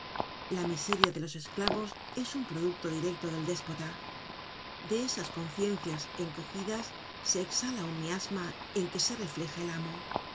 la miseria de los esclavos es un producto directo del déspota de esas conciencias encogidas se exhala un miasma en que se refleja el amo